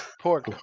Pork